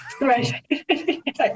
right